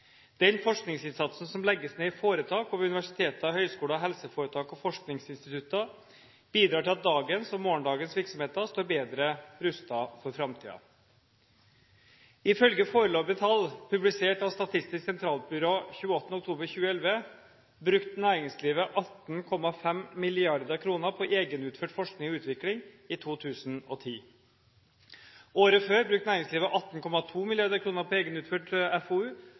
Den forskningsinnsatsen som legges ned i foretak og ved universiteter, høyskoler, helseforetak og forskningsinstitutter, bidrar til at dagens og morgendagens virksomheter står bedre rustet for framtiden. Ifølge foreløpige tall publisert av Statistisk sentralbyrå 28. oktober 2011 brukte næringslivet 18,5 mrd. kr på egenutført forskning og utvikling i 2010. Året før brukte næringslivet 18,2 mrd. kr på egenutført FoU